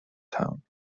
town